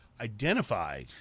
identify